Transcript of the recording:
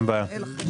אין בעיה.